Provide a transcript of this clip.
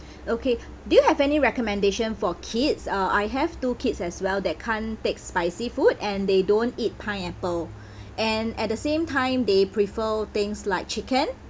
okay do you have any recommendation for kids uh I have two kids as well that can't take spicy food and they don't eat pineapple and at the same time they prefer things like chicken